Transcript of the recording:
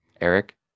Eric